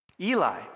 Eli